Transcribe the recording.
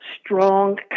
strong